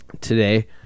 today